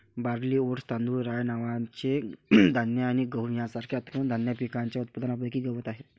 barley, oats, तांदूळ, rye नावाचे धान्य आणि गहू यांसारख्या तृणधान्य पिकांच्या उत्पादनापैकी गवत आहे